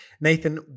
Nathan